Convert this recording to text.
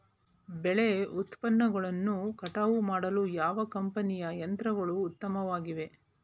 ಬೆಳೆ ಉತ್ಪನ್ನಗಳನ್ನು ಕಟಾವು ಮಾಡಲು ಯಾವ ಕಂಪನಿಯ ಯಂತ್ರಗಳು ಉತ್ತಮವಾಗಿವೆ?